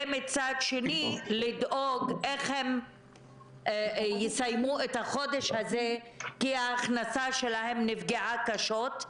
ומצד שני לדאוג איך הם יסיימו את החודש הזה כי ההכנסה שלהם נפגעה קשות,